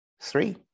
Three